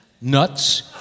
nuts